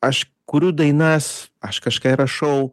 aš kuriu dainas aš kažką ir rašau